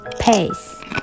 pace